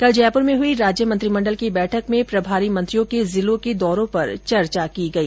कल जयपुर में हई राज्य मंत्रिमण्डल की बैठक में प्रभारी मंत्रियों के जिलों के दौरों पर चर्चा की गई